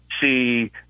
see